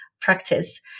practice